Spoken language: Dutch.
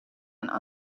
een